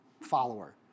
follower